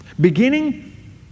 Beginning